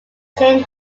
jane